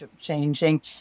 changing